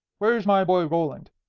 where's my boy roland?